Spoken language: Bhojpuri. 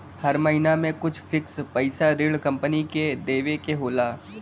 हर महिना में कुछ फिक्स पइसा ऋण कम्पनी के देवे के होला